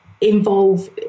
involve